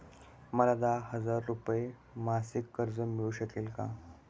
मला दहा हजार रुपये मासिक कर्ज मिळू शकेल का?